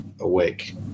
awake